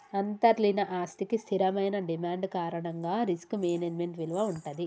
అంతర్లీన ఆస్తికి స్థిరమైన డిమాండ్ కారణంగా రిస్క్ మేనేజ్మెంట్ విలువ వుంటది